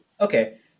Okay